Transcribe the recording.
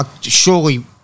Surely